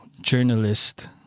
journalist